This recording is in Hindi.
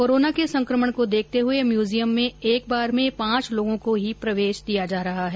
कोरोना के संक्रमण को देखते हुए म्यूजियम में एक बार में पांच लोगों को प्रवेश दिया जा रहा है